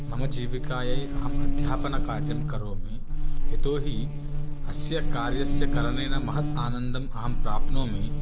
मम जीविकायै अहम् अध्यापनकार्यं करोमि यतोहि अस्य कार्यस्य करनेन महत् आनन्दम् अहं प्राप्नोमि